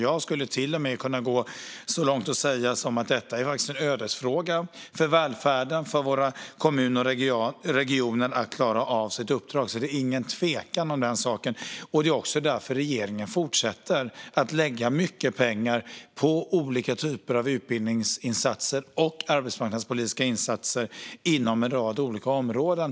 Jag skulle till och med kunna gå så långt som att säga att detta är en ödesfråga för välfärden och för våra kommuners och regioners förmåga att klara av sitt uppdrag. Det är alltså ingen tvekan om den saken, och det är därför regeringen fortsätter att lägga mycket pengar på olika typer av utbildningsinsatser och arbetsmarknadspolitiska insatser inom en rad olika områden.